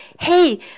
hey